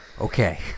Okay